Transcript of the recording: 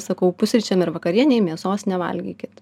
sakau pusryčiam ir vakarienei mėsos nevalgykit